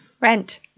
Rent